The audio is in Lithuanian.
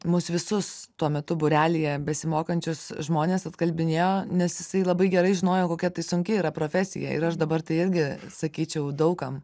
mus visus tuo metu būrelyje besimokančius žmones atkalbinėjo nes jisai labai gerai žinojo kokia tai sunki yra profesija ir aš dabar tai irgi sakyčiau daug kam